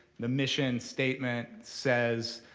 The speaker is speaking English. the mission statement says,